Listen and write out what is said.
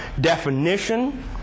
Definition